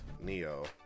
Neo